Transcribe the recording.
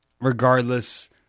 regardless